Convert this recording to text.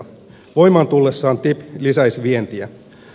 voimaan tullessaan ttip lisäisi vientiä